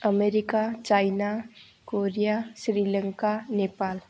America China Korea Sri Lanka Nepal